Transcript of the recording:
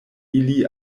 ili